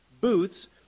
booths